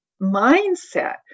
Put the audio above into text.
mindset